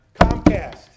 Comcast